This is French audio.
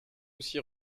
aussi